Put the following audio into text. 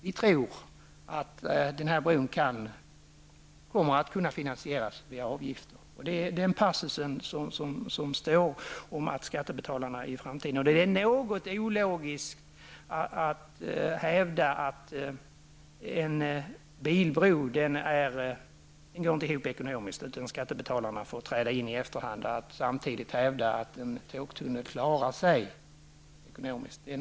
Vi tror att bron kan finansieras via avgifter. I en passus i reservationen sägs att skattebetalarna kommer att drabbas hårt. Det är ologiskt att hävda att en bilbro inte skulle gå ihop ekonomiskt och att skattebetalarna får träda in i efterhand och att samtidigt hävda att en tågtunnel klarar sig ekonomiskt.